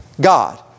God